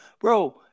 Bro